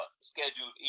scheduled